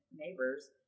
neighbors